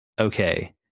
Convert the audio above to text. okay